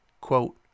Quote